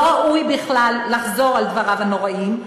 לא ראוי לחזור בכלל על דבריו הנוראיים,